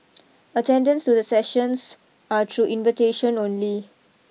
attendance to the sessions are through invitation only